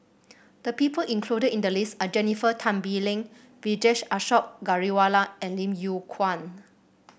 the people included in the list are Jennifer Tan Bee Leng Vijesh Ashok Ghariwala and Lim Yew Kuan